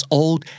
old